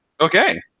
Okay